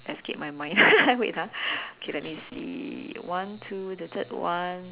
escape my mind wait ah okay let me see one two the third one